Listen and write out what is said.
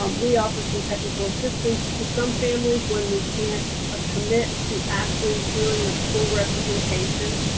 um we offer some technical assistance to some families when we can't ah commit to actually doing full representation,